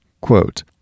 Quote